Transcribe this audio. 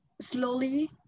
slowly